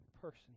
person